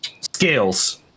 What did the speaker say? scales